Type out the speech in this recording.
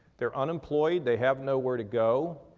they're unemployed, they have nowhere to go,